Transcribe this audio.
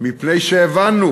מפני שהבנו,